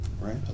right